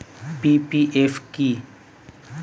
PPF কি?